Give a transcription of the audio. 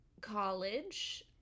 College